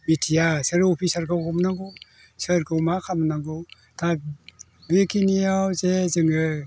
मिथिया सोर अफिसारखौ हमनांगौ सोरखौ मा खामनांगौ दा बेखिनियाव जे जोङो